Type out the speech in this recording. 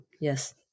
Yes